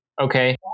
Okay